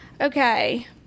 Okay